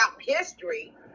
history